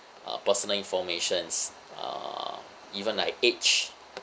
uh personal informations uh even like age